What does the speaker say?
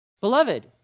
Beloved